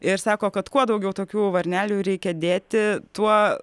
ir sako kad kuo daugiau tokių varnelių reikia dėti tuo